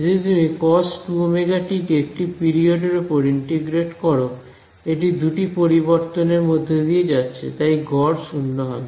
যদি তুমি cos2ωt কে একটি পিরিওড এর ওপর ইন্টিগ্রেট করো এটি দুটি পরিবর্তনের মধ্যে দিয়ে যাচ্ছে তাই গড় শূন্য হবে